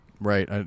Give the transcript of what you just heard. Right